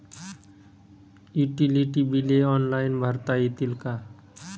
Utility बिले online भरता येतील का?